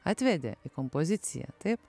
atvedė į kompoziciją taip